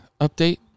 update